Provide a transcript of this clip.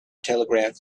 telegraph